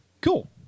Cool